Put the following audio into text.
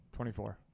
24